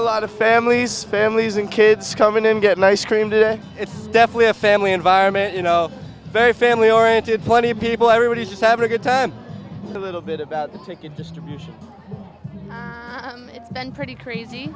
a lot of families families and kids come in and get an ice cream today it's definitely a family environment you know very family oriented plenty of people everybody just have a good time a little bit about the ticket distribution i mean it's been pretty crazy